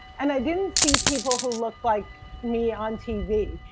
and i didn't see people who looked like me on t v.